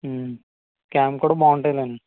cam కూడా బాగుంటుందిలేండి